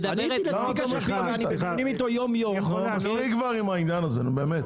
--- מספיק כבר עם העניין הזה, באמת.